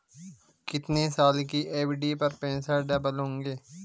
कितने साल की एफ.डी पर पैसे डबल होंगे?